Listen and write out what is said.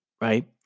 right